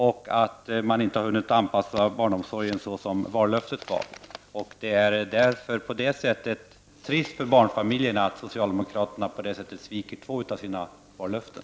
Och man har inte hunnit anpassa barnomsorgen såsom vallöftet löd. Det är trist för barnfamiljerna att socialdemokraterna på det sättet sviker två av sina vallöften.